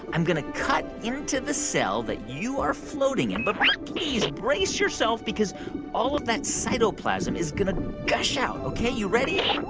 i'm going to cut into the cell that you are floating in what? but but please, brace yourself because all of that cytoplasm is going to gush out. ok, you ready?